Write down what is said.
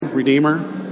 Redeemer